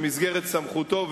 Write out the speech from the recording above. במסגרת סמכותו,